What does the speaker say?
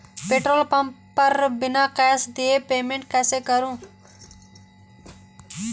Petrol pump पर बिना cash दिए पेमेंट कैसे करूँ?